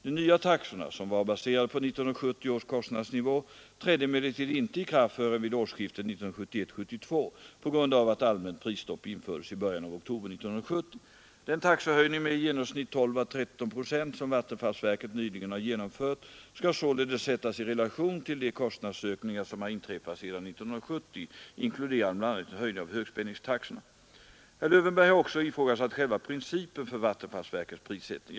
De nya taxorna, som var baserade på 1970 års kostnadsnivå, trädde emellertid inte i kraft förrän vid årsskiftet 1971—1972 på grund av att allmänt prisstopp infördes i början av oktober 1970. Den taxehöjning med i genomsnitt 12 å 13 procent som vattenfallsverket nyligen har genomfört skall således sättas i relation till de kostnadsökningar som har inträffat sedan 1970 inkluderande bl.a. en höjning av högspänningstaxorna. Herr Lövenborg har också ifrågasatt själva principen för vattenfallsverkets prissättning.